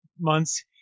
months